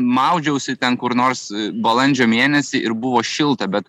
maudžiausi ten kur nors balandžio mėnesį ir buvo šilta bet